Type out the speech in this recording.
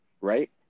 right